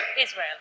Israel